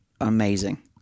amazing